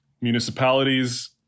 municipalities